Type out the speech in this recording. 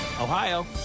Ohio